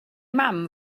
mam